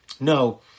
No